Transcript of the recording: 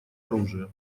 оружия